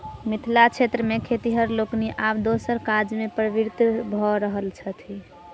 मिथिला क्षेत्र मे खेतिहर लोकनि आब दोसर काजमे प्रवृत्त भ रहल छथि